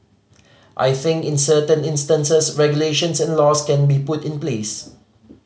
I think in certain instances regulations and laws can be put in place